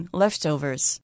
leftovers